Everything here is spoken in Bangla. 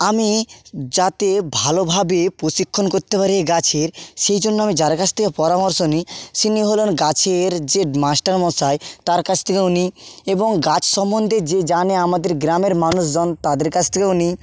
আমি যাতে ভালোভাবে প্রশিক্ষণ করতে পারি এই গাছের সেই জন্য আমি যার কাছ থেকে পরামর্শ নিই সিনি হলেন গাছের যে মাস্টারমশাই তার কাছ থেকেও নিই এবং গাছ সম্বন্ধে যে জানে আমাদের গ্রামের মানুষজন তাদের কাছ থেকেও নিই